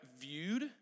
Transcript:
viewed